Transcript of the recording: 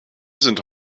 sind